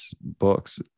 books